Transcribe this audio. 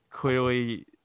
clearly